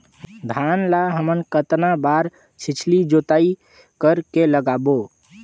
धान ला हमन कतना बार छिछली जोताई कर के लगाबो?